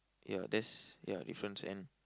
ya that's ya difference and